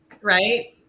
right